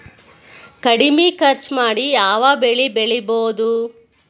ಕಡಮಿ ಖರ್ಚ ಮಾಡಿ ಯಾವ್ ಬೆಳಿ ಬೆಳಿಬೋದ್?